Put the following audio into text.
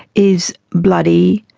is bloody,